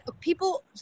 people